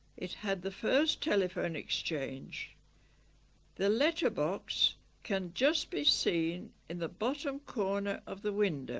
it had the first telephone exchange the letterbox can just be seen in the bottom corner of the window